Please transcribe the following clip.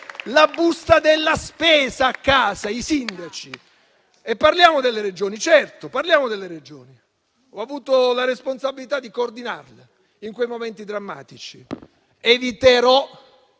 la busta della spesa a casa, e ripeto i sindaci. Parliamo delle Regioni. Certo, parliamo delle Regioni. Ho avuto la responsabilità di coordinarle in quei momenti drammatici. Eviterò,